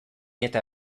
eta